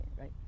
right